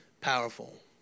powerful